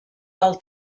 del